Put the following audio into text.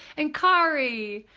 and kari.